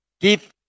give